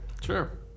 Sure